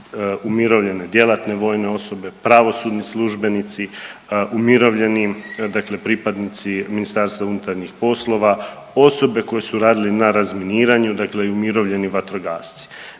umirovljene djelatne vojne osobe, pravosudni službenici, umirovljeni dakle pripadnici MUP-a, osobe koje su radile na razminiranju, dakle i umirovljeni vatrogasci.